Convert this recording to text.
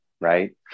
right